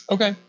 Okay